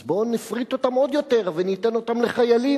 אז בואו נפריט אותם עוד יותר וניתן אותם לחיילים,